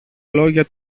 λόγια